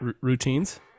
routines